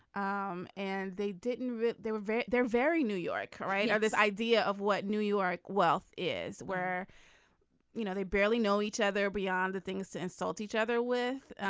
um and they didn't they were very very new york right. this idea of what new york wealth is where you know they barely know each other beyond the things to insult each other with